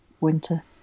winter